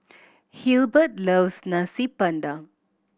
Hilbert loves Nasi Padang